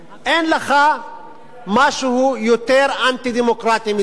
אין לך משהו יותר אנטי-דמוקרטי מזה.